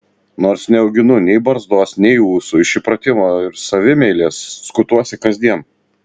nors neauginu nei barzdos nei ūsų iš įpratimo ir savimeilės skutuosi kasdien